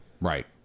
Right